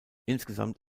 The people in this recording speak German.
insgesamt